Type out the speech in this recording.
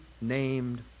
named